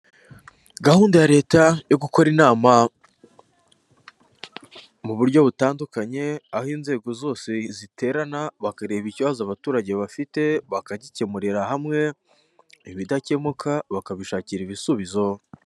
Gahunda ya leta yo gukora inama mu buryo butandukanye, aho inzego zose ziterana bakareba ikibazo abaturage bafite bakagikemurira hamwe ibidakemuka bakabishakira ibisubizo.